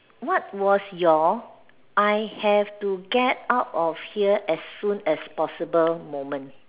what was your I have to get out of here as soon as possible moment